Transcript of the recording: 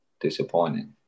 disappointing